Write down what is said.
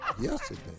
Yesterday